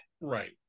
right